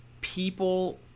people